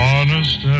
Honest